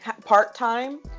part-time